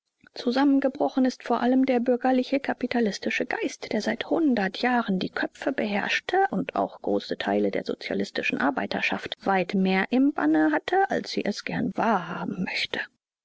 zusammengebrochen ist vor allem der bürgerlich-kapitalistische geist der seit hundert jahren die köpfe beherrschte und auch große teile der sozialistischen arbeiterschaft weit mehr im banne hatte als sie es gern wahrhaben möchte